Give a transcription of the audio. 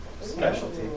specialty